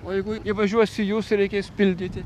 o jeigu įvažiuos į jus ir reikės pildyti